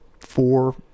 four